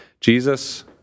Jesus